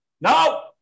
No